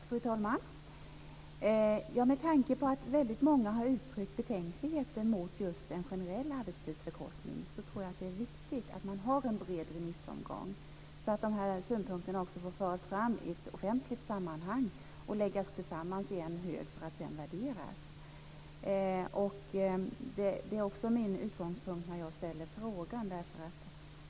Fru talman! Med tanke på att väldigt många har uttryckt betänkligheter mot just en generell arbetstidsförkortning tror jag att det är viktigt att ha en bred remissomgång, så att de här synpunkterna också får föras fram i ett offentligt sammanhang och läggas samman i en hög för att sedan värderas. Det var min utgångspunkt när jag ställde frågan.